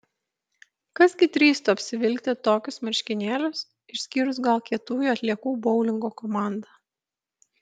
kas gi drįstų apsivilkti tokius marškinėlius išskyrus gal kietųjų atliekų boulingo komandą